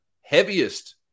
heaviest